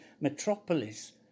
metropolis